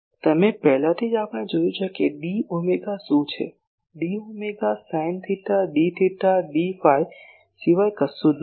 તમે પહેલાથી જ આપણે જોયું છે કે d ઓમેગા શું છે d omega sine theta d theta d phi સિવાય કશું જ નથી